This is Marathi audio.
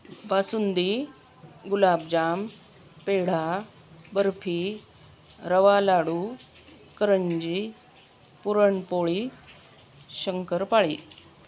बासुंदी गुलाबजाम पेढा बर्फी रवा लाडू करंजी पुरणपोळी शंकरपाळी